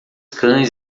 cães